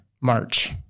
March